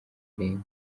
irengero